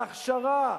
להכשרה,